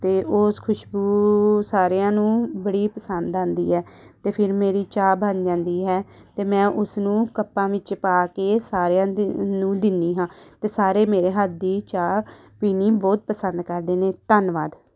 ਅਤੇ ਉਸ ਖੁਸ਼ਬੂ ਸਾਰਿਆਂ ਨੂੰ ਬੜੀ ਪਸੰਦ ਆਉਂਦੀ ਹੈ ਅਤੇ ਫਿਰ ਮੇਰੀ ਚਾਹ ਬਣ ਜਾਂਦੀ ਹੈ ਅਤੇ ਮੈਂ ਉਸਨੂੰ ਕੱਪਾਂ ਵਿੱਚ ਪਾ ਕੇ ਸਾਰਿਆਂ ਦ ਨੂੰ ਦਿੰਦੀ ਹਾਂ ਅਤੇ ਸਾਰੇ ਮੇਰੇ ਹੱਥ ਦੀ ਚਾਹ ਪੀਣੀ ਬਹੁਤ ਪਸੰਦ ਕਰਦੇ ਨੇ ਧੰਨਵਾਦ